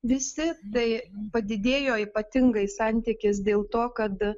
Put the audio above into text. visi tai padidėjo ypatingai santykis dėl to kad